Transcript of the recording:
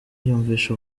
yumvise